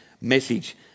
message